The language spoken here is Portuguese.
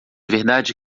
verdade